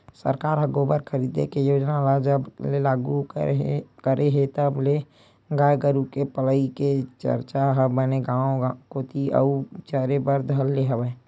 सरकार ह गोबर खरीदे के योजना ल जब ले लागू करे हे तब ले गाय गरु के पलई के चरचा ह बने गांव कोती अउ चले बर धर ले हे